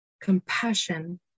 Compassion